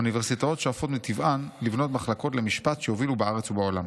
אוניברסיטאות שואפות מטבען לבנות מחלקות למשפט שיובילו בארץ ובעולם.